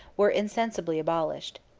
were insensibly abolished.